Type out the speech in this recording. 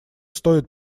стоит